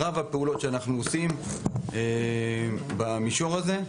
אנחנו עושים את מרב הפעולות במישור הזה,